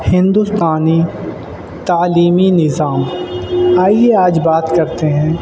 ہندوستانی تعلیمی نظام آئیے آج بات کرتے ہیں